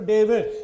David